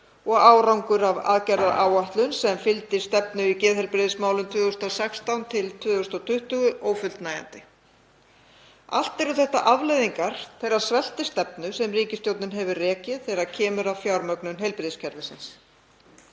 og árangur af aðgerðaáætlun sem fylgdi stefnu í geðheilbrigðismálum 2016–2020 ófullnægjandi. Allt eru þetta afleiðingar þeirrar sveltistefnu sem ríkisstjórnin hefur rekið þegar kemur að fjármögnun heilbrigðiskerfisins.